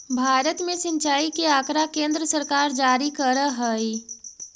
भारत में सिंचाई के आँकड़ा केन्द्र सरकार जारी करऽ हइ